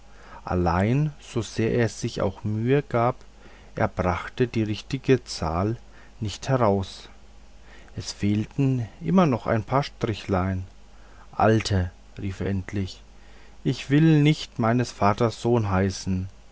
allein so sehr er sich auch mühe gab er brachte die richtige zahl nicht heraus es fehlten immer noch ein paar strichlein alte rief er endlich ich will nicht meines vaters sohn heißen